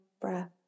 breath